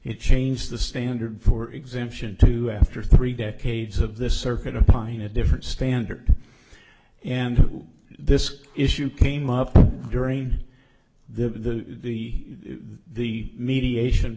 it changed the standard for exemption to after three decades of this circuit to find a different standard and this issue came up during the the the mediation